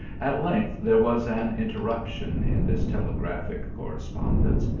at length there was an interruption in this tele graphic correspondence,